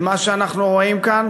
ומה שאנחנו רואים כאן